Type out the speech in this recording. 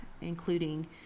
including